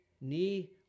knee